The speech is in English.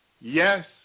Yes